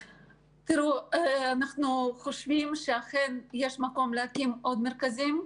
אנחנו חושבים שיש מקום להקים עוד מרכזים.